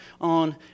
on